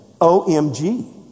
OMG